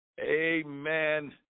Amen